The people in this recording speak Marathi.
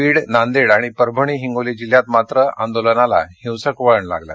बीड नांदेड आणि परभणी हिंगोली जिल्ह्यात मात्र आंदोलनाला हिंसक वळण लागलं